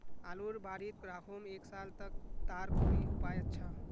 आलूर बारित राखुम एक साल तक तार कोई उपाय अच्छा?